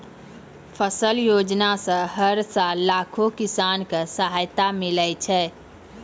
फसल योजना सॅ हर साल लाखों किसान कॅ सहायता मिलै छै